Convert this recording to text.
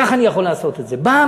ככה אני יכול לעשות את זה.